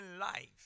life